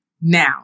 now